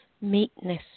meekness